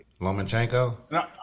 Lomachenko